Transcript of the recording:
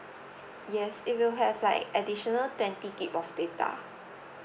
yes it will have like additional twenty gig of data